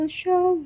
show